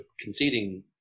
conceding